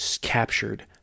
captured